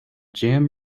jam